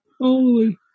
Holy